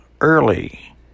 early